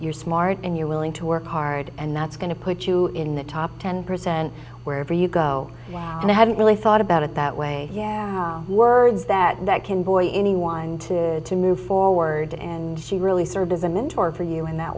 you're smart and you're willing to work hard and that's going to put you in the top ten percent wherever you go and i hadn't really thought about it that way yeah words that that can voice anyone to to move forward and she really sort of a mentor for you in that